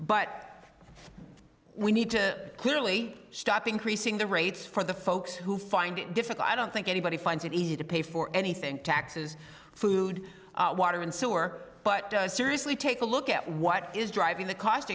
but we need to clearly stop increasing the rates for the folks who find it difficult i don't think anybody finds it easy to pay for anything taxes food water and sewer but seriously take a look at what is driving the cost